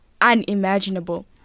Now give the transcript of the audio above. unimaginable